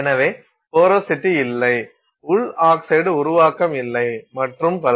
எனவே போரோசிட்டி இல்லை உள் ஆக்சைடு உருவாக்கம் இல்லை மற்றும் பல